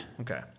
Okay